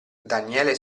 daniele